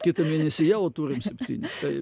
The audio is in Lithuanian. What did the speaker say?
kitą mėnesį jau turim septynis tai